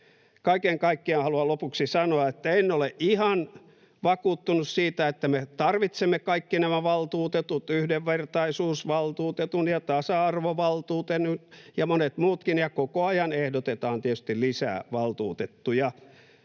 Kaiken kaikkiaan haluan lopuksi sanoa, että en ole ihan vakuuttunut siitä, että me tarvitsemme kaikki nämä valtuutetut, yhdenvertaisuusvaltuutetun ja tasa-arvovaltuutetun ja monet muutkin, ja koko ajan ehdotetaan tietysti lisää valtuutettuja.